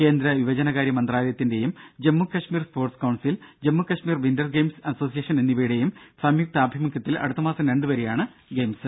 കേന്ദ്ര യുവജനകാര്യ മന്ത്രാലയത്തിന്റെയും Jammu Kashmir sports council Jammu Kashmir winter games association എന്നിവയുടെയും സംയുക്താഭിമുഖ്യത്തിൽ അടുത്ത മാസം രണ്ടുവരെയാണ് ഗെയിംസ്